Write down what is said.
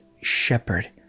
shepherd